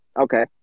Okay